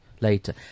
later